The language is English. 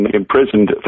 imprisoned